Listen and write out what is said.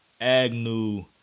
Agnew